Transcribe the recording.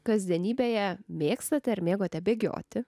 kasdienybėje mėgstate ar mėgote bėgioti